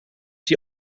die